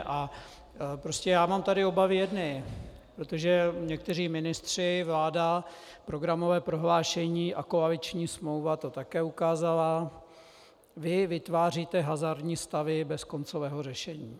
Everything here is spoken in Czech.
A prostě mám tady obavy, protože někteří ministři, vláda, programové prohlášení a koaliční smlouva to také ukázala: Vy vytváříte hazardní stavy bez koncového řešení.